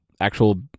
actual